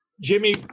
Jimmy